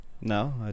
No